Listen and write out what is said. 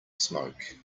smoke